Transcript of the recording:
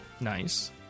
Nice